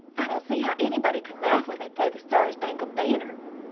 i dont see how ennybody can laff when they play the star spangled banner.